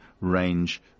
range